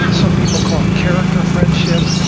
some people call it character friendship.